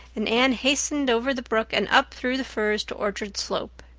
and anne hastened over the brook and up through the firs to orchard slope.